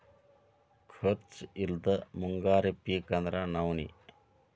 ಖರ್ಚ್ ಇಲ್ಲದ ಮುಂಗಾರಿ ಪಿಕ್ ಅಂದ್ರ ನವ್ಣಿ